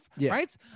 Right